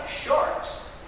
sharks